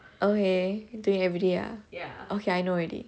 okay doing everyday ah okay I know already